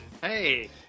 Hey